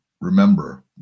remember